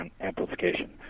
amplification